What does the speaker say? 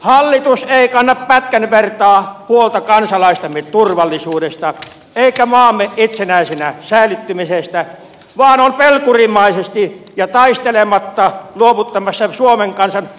hallitus ei kanna pätkän vertaa huolta kansalaistemme turvallisuudesta eikä maamme itsenäisenä säilyttämisestä vaan on pelkurimaisesti ja taistelematta luovuttamassa suomen kansan huom